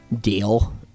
deal